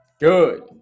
Good